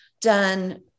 done